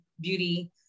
beauty